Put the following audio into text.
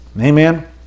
Amen